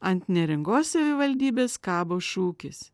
ant neringos savivaldybės kabo šūkis